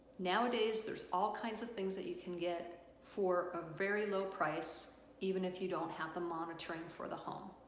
nowadays there's all kinds of things that you can get for a very low price even if you don't have the monitoring for the home,